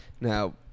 Now